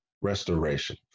restoration